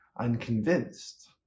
unconvinced